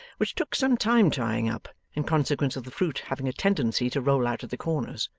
which took some time tying up, in consequence of the fruit having a tendency to roll out at the corners.